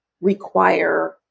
require